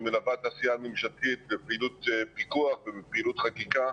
שמלווה את העשייה הממשלתית בפעילות פיקוח ובפעילות חקיקה,